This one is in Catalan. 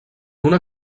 una